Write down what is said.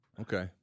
Okay